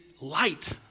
light